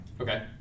Okay